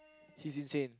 he's insane